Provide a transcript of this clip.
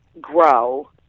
grow